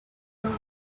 blown